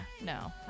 no